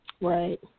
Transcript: Right